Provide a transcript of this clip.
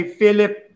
Philip